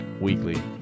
Weekly